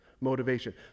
Motivation